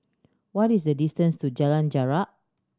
what is the distance to Jalan Jarak